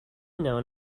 known